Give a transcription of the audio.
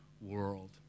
world